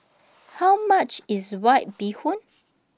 How much IS White Bee Hoon